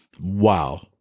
Wow